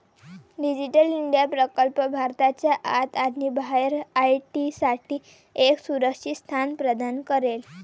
digital India प्रकल्प भारताच्या आत आणि बाहेर आय.टी साठी एक सुरक्षित स्थान प्रदान करेल